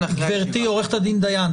עורכת הדין דיין,